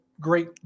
great